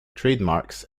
trademarks